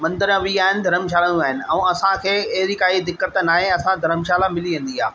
मंदर बि आहिनि धर्मशालाऊं बि आहिनि असांखे अहिड़ी काई दिक़त न आहे असां धर्मशाला मिली वेंदी आहे